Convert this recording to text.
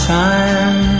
time